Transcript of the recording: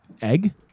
Egg